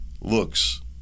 Looks